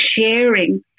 sharing